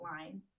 line